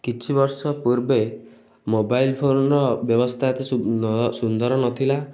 କିଛିବର୍ଷ ପୂର୍ବେ ମୋବାଇଲ ଫୋନର ବ୍ୟବସ୍ଥା ଏତେ ସୁନ୍ଦର ନଥିଲା